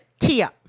Kia